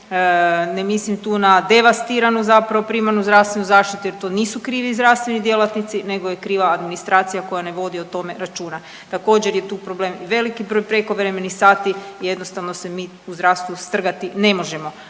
Ne mislim tu na devastiranu zapravo primarnu zdravstvenu zaštitu jer to nisu krivi zdravstveni djelatnici, nego je kriva administracija koja ne vodi o tome računa. Također je tu problem velik broj prekovremenih sati i jednostavno se mi u zdravstvu strgati ne možemo.